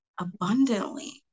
abundantly